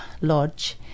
Lodge